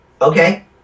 okay